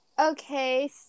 Okay